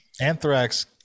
Anthrax